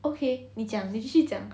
okay 你讲你继续讲